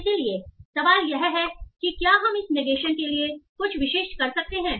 इसलिए सवाल यह है कि क्या हम इस निगेशन के लिए कुछ विशिष्ट कर सकते हैं